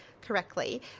correctly